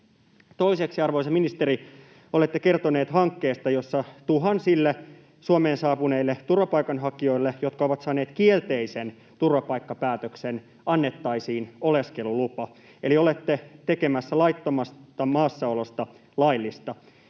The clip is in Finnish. Toiseksi, arvoisa ministeri: Olette kertonut hankkeesta, jossa tuhansille Suomeen saapuneille turvapaikanhakijoille, jotka ovat saaneet kielteisen turvapaikkapäätöksen, annettaisiin oleskelulupa, eli olette tekemässä laittomasta maassaolosta laillista.